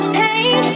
pain